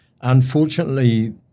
unfortunately